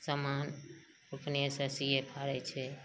समान अपनेसॅं सीयै फाड़ै छै